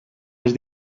les